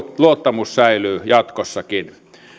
luottamus säilyy jatkossakin